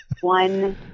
one